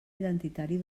identitari